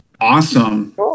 Awesome